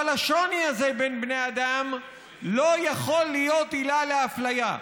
אבל השוני הזה בין בני אדם לא יכול להיות עילה לאפליה.